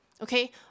Okay